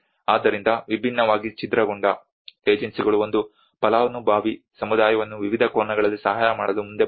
ಆದ್ದರಿಂದ ವಿಭಿನ್ನವಾಗಿ ಛೀದ್ರಗೊಂಡ ಏಜೆನ್ಸಿಗಳು ಒಂದು ಫಲಾನುಭವಿ ಸಮುದಾಯವನ್ನು ವಿವಿಧ ಕೋನಗಳಲ್ಲಿ ಸಹಾಯ ಮಾಡಲು ಮುಂದೆ ಬರುತ್ತವೆ